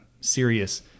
serious